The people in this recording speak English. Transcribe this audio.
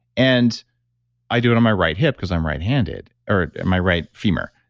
and i do it on my right hip because i'm right handed or my right femur,